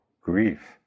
grief